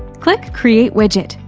click create widget.